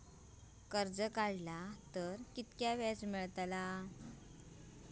कर्ज काडला तर कीतक्या व्याज मेळतला?